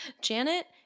Janet